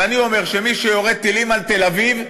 ואני אומר שמי שיורה טילים על תל-אביב,